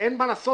אין מה לעשות,